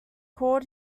called